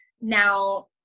now